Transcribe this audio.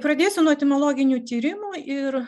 pradėsiu nuo etimologinių tyrimų ir